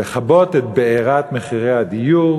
לכבות את בעירת מחירי הדיור,